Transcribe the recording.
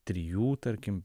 trijų tarkim